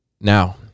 Now